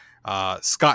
Scott